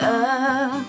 up